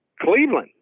Cleveland